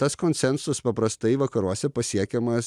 tas konsensus paprastai vakaruose pasiekiamas